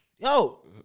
yo